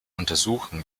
untersuchen